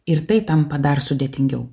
ir tai tampa dar sudėtingiau